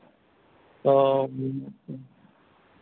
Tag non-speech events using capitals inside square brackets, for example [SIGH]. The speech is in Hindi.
तो [UNINTELLIGIBLE]